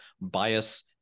bias